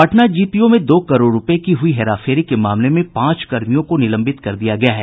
Patna GPO में दो करोड़ रूपये की हयी हेराफेरी के मामले में पांच कर्मियों को निलंबित कर दिया गया है